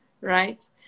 right